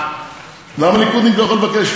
למה ליכודניק לא יכול לבקש?